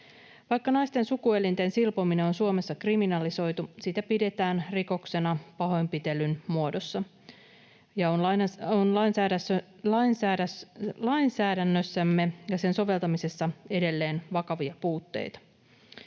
Vaikka naisten sukuelinten silpominen on Suomessa kriminalisoitu — sitä pidetään rikoksena pahoinpitelyn muodossa — on lainsäädännössämme ja sen soveltamisessa edelleen vakavia puutteita.